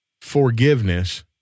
forgiveness